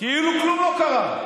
כאילו כלום לא קרה,